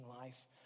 life